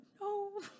no